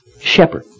shepherd